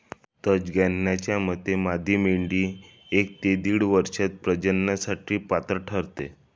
तज्ज्ञांच्या मते मादी मेंढी एक ते दीड वर्षात प्रजननासाठी पात्र ठरते